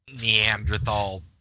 Neanderthal